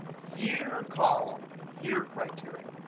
year column year criteria.